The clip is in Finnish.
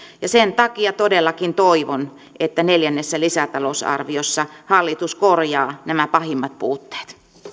sen takia todellakin toivon että neljännessä lisätalousarviossa hallitus korjaa nämä pahimmat puutteet